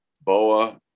Boa